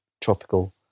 tropical